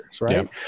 right